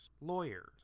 lawyers